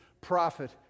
prophet